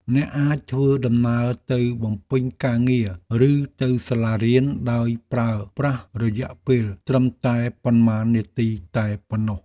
អ្នកអាចធ្វើដំណើរទៅបំពេញការងារឬទៅសាលារៀនដោយប្រើប្រាស់រយៈពេលត្រឹមតែប៉ុន្មាននាទីតែប៉ុណ្ណោះ។